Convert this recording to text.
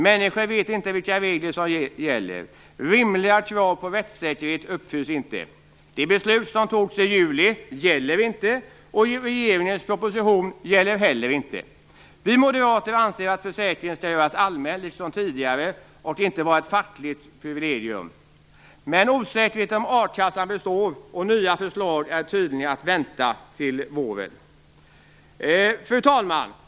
Människor vet inte vilka regler som gäller. Rimliga krav på rättssäkerhet uppfylls inte. Det beslut som fattades i juli gäller inte, och regeringens proposition gäller inte heller. Vi moderater anser att försäkringen skall göras allmän liksom tidigare och inte vara ett fackligt privilegium. Men osäkerheten om a-kassan består, och nya förslag är tydligen att vänta till våren. Fru talman!